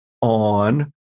on